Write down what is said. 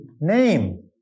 name